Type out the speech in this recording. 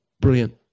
brilliant